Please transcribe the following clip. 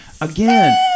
Again